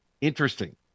Interesting